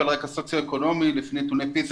ועל רקע סוציו אקונומי לפי נתוני פיזה